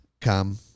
Come